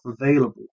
available